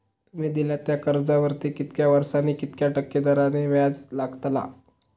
तुमि दिल्यात त्या कर्जावरती कितक्या वर्सानी कितक्या टक्के दराने व्याज लागतला?